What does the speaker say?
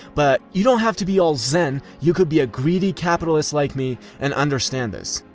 but, you don't have to be all zen, you could be a greedy capitalist like me and understand this.